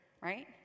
right